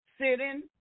sitting